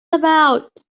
about